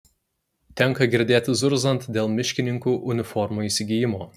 tenka girdėti zurzant dėl miškininkų uniformų įsigijimo